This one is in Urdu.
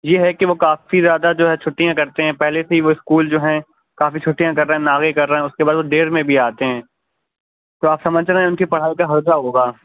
یہ ہے کہ وہ کافی زیادہ جو ہے چھٹیاں کرتے ہیں پہلے سے ہی وہ اسکول جو ہیں کافی چھٹیاں کر رہے ہیں ناغے کر رہے ہیں اس کے بعد وہ دیر میں بھی آتے ہیں تو آپ سمجھ رہے ہیں ان کی پڑھائی کا ہرجہ ہوگا